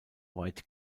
white